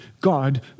God